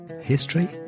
history